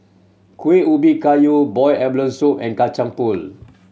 Kuih Ubi Kayu boiled abalone soup and Kacang Pool